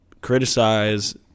criticize